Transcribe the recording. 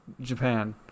Japan